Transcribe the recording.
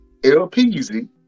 LPZ